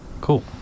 cool